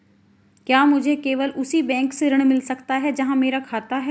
क्या मुझे केवल उसी बैंक से ऋण मिल सकता है जहां मेरा खाता है?